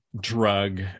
drug